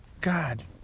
God